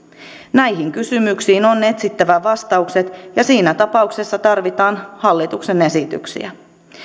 näihin kysymyksiin on etsittävä vastaukset ja siinä tapauksessa tarvitaan hallituksen esityksiä